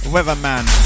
Weatherman